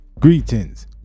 Greetings